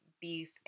beef